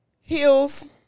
heels